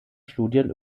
studien